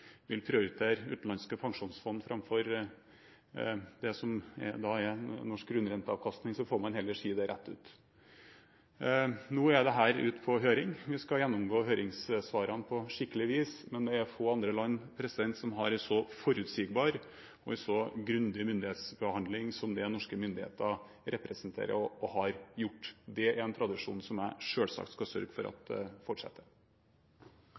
vil prioritere utenlandske pensjonsfond framfor det som er norsk grunnrenteavkastning, får man heller si det rett ut. Nå er dette ute på høring. Vi skal gjennomgå høringssvarene på skikkelig vis, men det er få andre land som har en så forutsigbar og en så grundig myndighetsbehandling som den norske myndigheter representerer – og har hatt. Det er en tradisjon som jeg selvsagt skal sørge for fortsetter.